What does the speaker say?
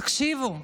תקשיבו,